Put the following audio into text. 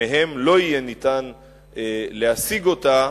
כלשהם שמהם לא יהיה ניתן להסיג אותה,